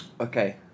Okay